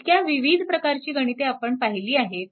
इतक्या विविध प्रकारची गणिते आपण पाहिली आहेत